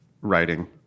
writing